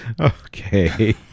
Okay